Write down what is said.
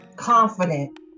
confident